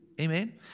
Amen